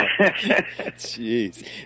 Jeez